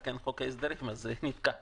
רק אין חוק הסדרים אז זה נתקע.